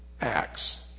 Acts